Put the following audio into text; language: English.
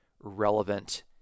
relevant